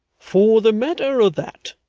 for the matter o that,